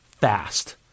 fast